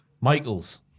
Michaels